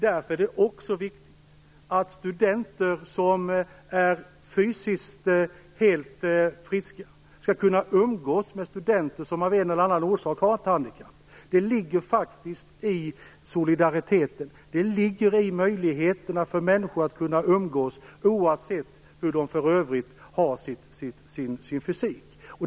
Det är viktigt att studenter som är fysiskt helt friska skall kunna umgås med studenter som av en eller annan orsak har ett handikapp. Detta ligger faktiskt i solidariteten och i möjligheterna för människor att kunna umgås, oavsett hur deras fysik för övrigt är.